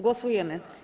Głosujemy.